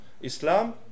Islam